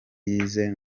yize